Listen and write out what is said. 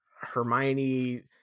Hermione